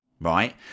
right